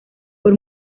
por